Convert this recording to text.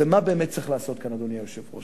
ומה באמת צריך לעשות כאן, אדוני היושב-ראש?